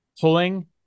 pulling